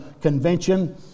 convention